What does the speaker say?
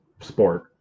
sport